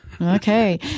Okay